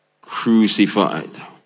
crucified